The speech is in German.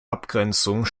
abgrenzung